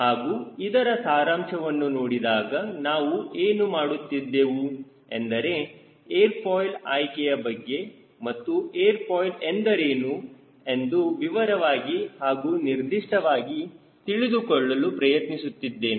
ಹಾಗೂ ಇದರ ಸಾರಾಂಶವನ್ನು ನೋಡಿದಾಗ ನಾವು ಏನು ಮಾಡುತ್ತಿದ್ದೆವು ಎಂದರೆ ಏರ್ ಫಾಯ್ಲ್ ಆಯ್ಕೆಯ ಬಗ್ಗೆ ಮತ್ತು ಏರ್ ಫಾಯ್ಲ್ ಎಂದರೇನು ಎಂದು ವಿವರವಾಗಿ ಹಾಗೂ ನಿರ್ದಿಷ್ಟವಾಗಿ ತಿಳಿದುಕೊಳ್ಳಲು ಪ್ರಯತ್ನಿಸುತ್ತಿದ್ದೇನೆ